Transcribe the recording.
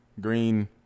Green